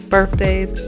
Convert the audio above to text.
birthdays